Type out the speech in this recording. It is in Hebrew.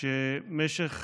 שבמשך